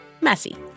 Messy